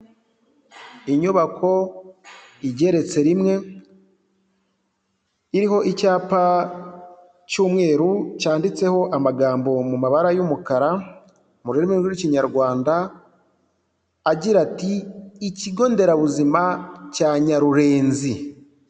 Inyubako igeretse rimwe, iriho icyapa cy'umweru cyanditseho amagambo mu mabara y'umukara, mu rurimi rw'Ikinyarwanda, agira ati: "Ikigo nderabuzima cya Nyarurenzi."